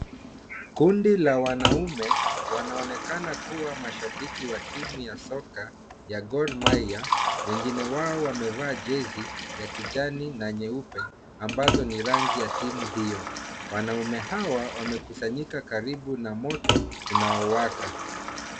Kundi la wanaume wanaonekana kuwa mashabiki wa timu ya soka ya Gor Mahia. Wengine wao wamevaa jezi ya kijani na nyeupe ambazo ni rangi ya timu hiyo. Wanaume hawa wamekusanyika karibu na moto unaowaka.